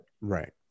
Right